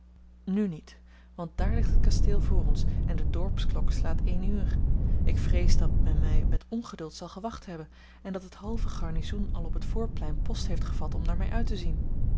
nu niet want daar ligt het kasteel voor ons en de dorpsklok slaat één uur ik vrees dat men mij met ongeduld zal gewacht hebben en dat het halve garnizoen al op het voorplein post heeft gevat om naar mij uit te zien